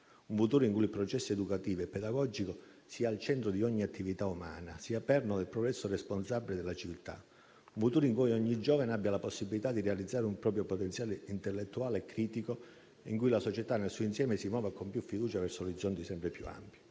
un futuro in cui il processo educativo e pedagogico sia al centro di ogni attività umana, sia perno del progresso responsabile della civiltà; un futuro in cui ogni giovane abbia la possibilità di realizzare un proprio potenziale intellettuale e critico, in cui la società nel suo insieme si muova con più fiducia verso orizzonti sempre più ampi.